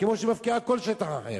כמו שהיא מפקיעה כל שטח אחר.